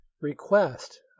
request